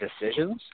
decisions